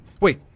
Wait